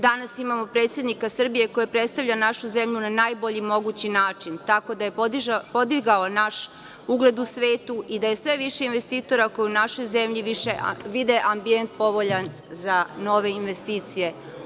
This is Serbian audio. Danas imamo predsednika Srbije koji predstavlja našu zemlju na najbolji mogući način, tako da je podigao naš ugled u svetu i da je sve više investitora koji u našoj zemlji vide ambijent povoljan za nove investicije.